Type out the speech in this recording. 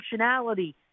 functionality